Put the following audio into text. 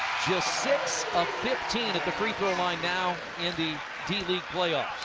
just six of fifteen at the free-throw line now in the d-league playoffs.